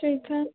ठीक है